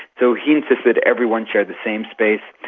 so he insisted everyone share the same space.